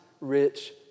rich